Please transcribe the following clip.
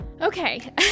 Okay